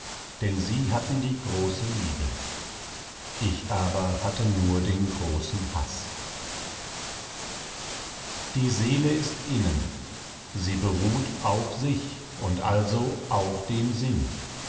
denn sie hatten die große liebe ich aber hatte nur den großen haß die seele ist innen sie beruht auf sich und also auf dem sinn